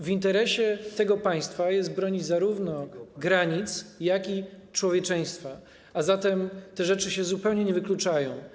W interesie tego państwa jest bronić zarówno granic, jak i człowieczeństwa, a zatem te rzeczy się zupełnie nie wykluczają.